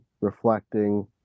reflecting